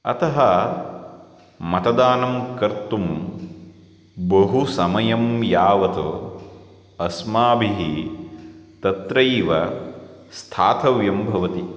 अतः मतदानं कर्तुं बहुसमयं यावत् अस्माभिः तत्रैव स्थातव्यं भवति